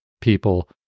people